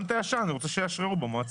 גם את הישן אני רוצה שיאשררו במועצה.